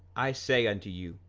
i say unto you,